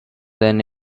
than